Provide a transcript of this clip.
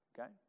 Okay